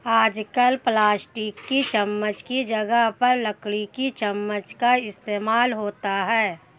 आजकल प्लास्टिक की चमच्च की जगह पर लकड़ी की चमच्च का इस्तेमाल होता है